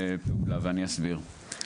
ואסביר.